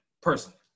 personally